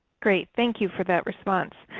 great, thank you for that response.